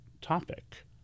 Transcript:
topic